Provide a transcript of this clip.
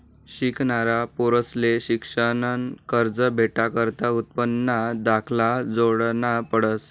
शिकनारा पोरंसले शिक्शननं कर्ज भेटाकरता उत्पन्नना दाखला जोडना पडस